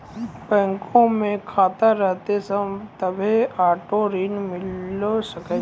बैंको मे खाता रहतै तभ्भे आटो ऋण मिले सकै